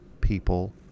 people